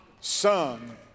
Son